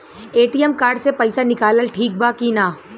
ATM card से पईसा निकालल ठीक बा की ना?